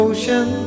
Ocean